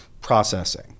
processing